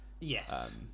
Yes